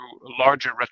larger